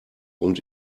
und